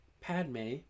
Padme